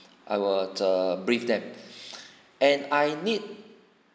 I will err brief them and I need